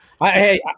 Hey